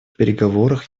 переговорах